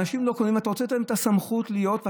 אנשים לא אתה רוצה לתת להם את הסמכות להיות.